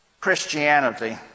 Christianity